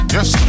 Yes